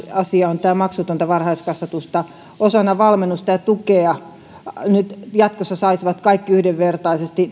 tämä että maksutonta varhaiskasvatusta osana valmennusta ja tukea saisivat jatkossa yhdenvertaisesti